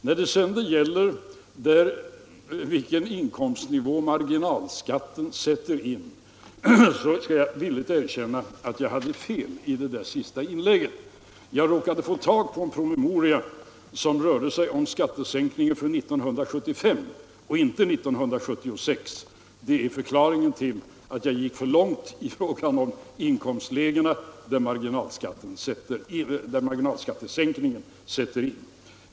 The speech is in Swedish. När det sedan gäller frågan om vid vilken inkomstnivå marginalskat tesänkningen upphör, skall jag villigt erkänna att jag hade fel i det senaste inlägget. Jag råkade få tag på en promemoria som gällde skattesänkningen 1975 och inte skattesänkningen 1976. Det är förklaringen till att jag gick för långt i fråga om de inkomstlägen där marginalskattesänkningen sätter in.